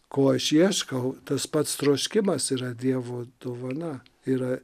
ko aš ieškau tas pats troškimas yra dievo dovana yra